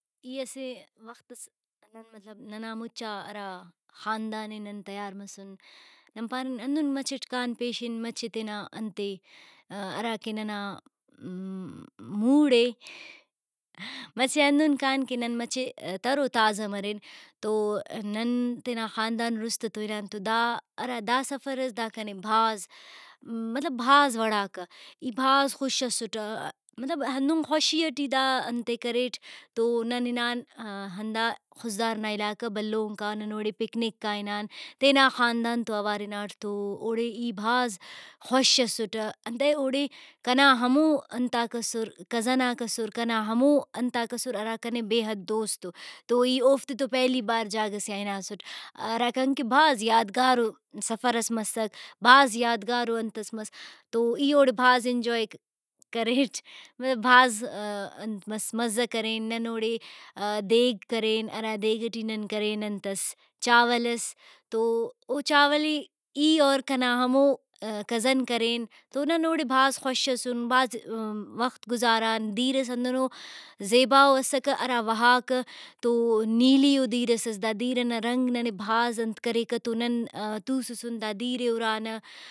اسہ وختس ننا مُچا خاندان نن تیار مسُن نن پان کان مچہ پیشن سیل و سواد ئس کین۔ تو نن کُل خوشی ئٹ خضدار نا علاقہ بھلونک آ ہنان۔ ای بھاز خوش اسُٹ انتئے کہ ننتو اوار کنا ہمو ہمسر سیالاک اسر ہرافک کنے آن بھاز خڑک او۔ ای اوفتتو اولیکو وار پیشن ہناسٹ۔۔ نن بھاز خوش اسُن ۔ ہموڑے ای او کنا سنگتاک برنج ئس کرین۔۔ نن ہموڑے بھاز زیباو وہوکو دیر ئس خنان ہرانا رنگ اُستے بھاز وڑاکہ۔ نن کُل توسُن ہمو دِیرے سیل کرین۔۔